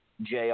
JR